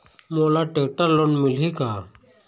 मोला tractor loan मिलही का?